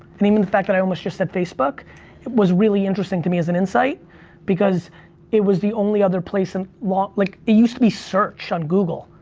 and even the fact that i almost just said facebook it was really interesting to me as an insight because it was the only other place and it like used to be search on google.